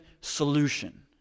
solution